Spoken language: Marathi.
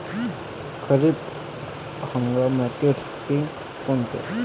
खरीप हंगामातले पिकं कोनते?